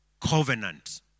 Covenant